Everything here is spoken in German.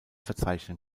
verzeichnen